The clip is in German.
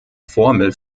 formel